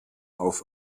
auf